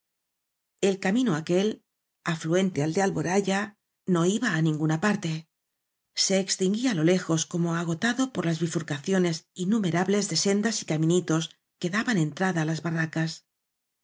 el camino aquel afluente al de alboraya iba á no ninguna parte se extinguía á lo lejos como agotado por las bifurcaciones innumera bles de sendas y caminitos que daban entrada á las barracas